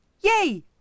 yay